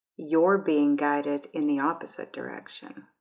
you're being guided in the opposite direction